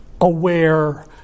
aware